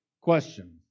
Question